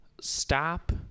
stop